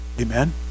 Amen